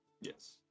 Yes